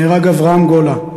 נהרג אברהם גולה,